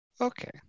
Okay